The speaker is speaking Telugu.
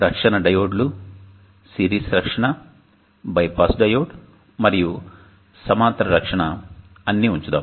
రక్షణ డయోడ్లు సిరీస్ రక్షణ బైపాస్ డయోడ్ మరియు సమాంతర రక్షణ అన్నీ ఉంచుదాం